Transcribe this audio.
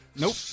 Nope